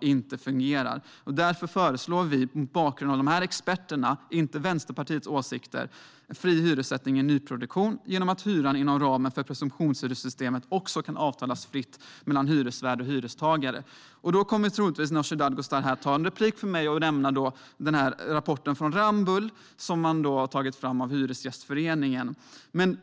inte fungerar. Det är mot bakgrund av dessa expertuttalanden och inte Vänsterpartiets åsikter som vi föreslår fri hyressättning i nyproduktion genom att hyran inom ramen för presumtionshyressystemet också kan avtalas fritt mellan hyresvärd och hyrestagare. Nu kommer Nooshi Dadgostar troligtvis ta replik på mig och nämna rapporten som Ramböll tagit fram på uppdrag av Hyresgästföreningen.